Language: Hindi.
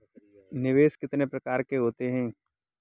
निवेश कितने प्रकार के होते हैं?